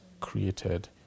created